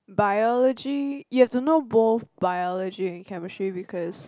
biology you have to know both biology and chemistry because